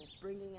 bringing